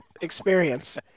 experience